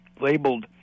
labeled